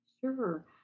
Sure